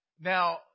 Now